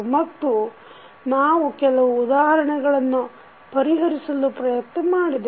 ಮತ್ತು ನಾವು ಕೆಲವು ಉದಾಹರಣೆಗಳನ್ನು ಪರಿಹರಿಸಲು ಪ್ರಯತ್ನ ಮಾಡಿದೆವು